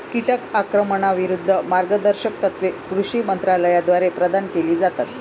कीटक आक्रमणाविरूद्ध मार्गदर्शक तत्त्वे कृषी मंत्रालयाद्वारे प्रदान केली जातात